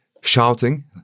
shouting